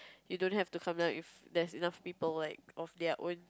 you don't have to come down if there's enough people like of their own